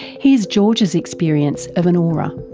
here's georgia's experience of an aura.